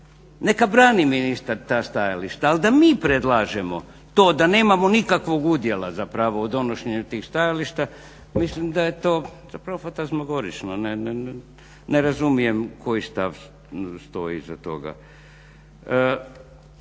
neka brani ministar ta stajališta ali da mi predlažemo to da nemamo nikakvog udjela zapravo u donošenju tih stajališta. Mislim da je to zapravo fantazmagorično ne razumijem koji stav stoji iza toga.